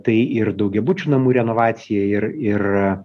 tai ir daugiabučių namų renovacija ir ir